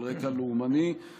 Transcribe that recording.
יש